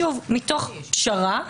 שוב מתוך פשרה,